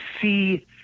see